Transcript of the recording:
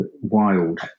wild